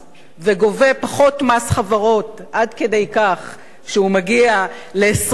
וגובה פחות מס חברות, עד כדי כך שהוא מגיע ל-25%,